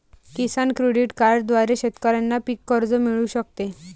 किसान credit कार्डद्वारे शेतकऱ्यांना पीक कर्ज मिळू शकते